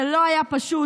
זה לא היה פשוט,